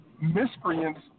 miscreants